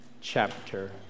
chapter